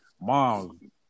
Mom